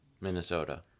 Minnesota